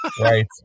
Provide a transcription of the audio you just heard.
Right